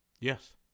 Yes